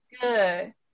Good